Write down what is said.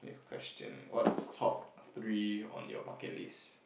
question what's top three on your bucket list